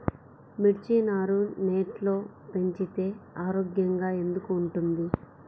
మిర్చి నారు నెట్లో పెంచితే ఆరోగ్యంగా ఎందుకు ఉంటుంది?